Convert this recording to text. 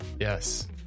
Yes